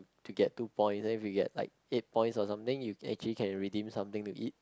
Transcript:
to get two point then we get like eight point or something you actually can redeem something to eat